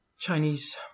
Chinese